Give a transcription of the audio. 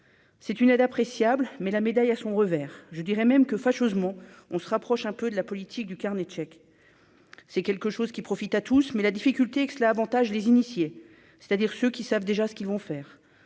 c'est une aide appréciable mais la médaille a son revers, je dirais même que fâcheusement : on se rapproche un peu de la politique du carnet de chèques, c'est quelque chose qui profite à tous, mais la difficulté que cela Avantage les initiés, c'est-à-dire ceux qui savent déjà ce qu'ils vont faire